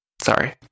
sorry